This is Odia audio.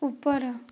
ଉପର